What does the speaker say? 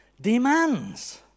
demands